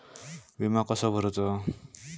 विमा कसो भरूचो?